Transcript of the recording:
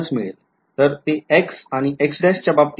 तर ते X आणि X च्य बाबतीत symmetry आहे